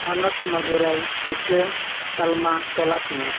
ᱦᱚᱱᱚᱛ ᱢᱟᱫᱩᱨᱟᱭ ᱴᱤᱠᱟᱹ ᱛᱟᱞᱢᱟ ᱛᱚᱞᱟᱥ ᱢᱮ